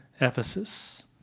Ephesus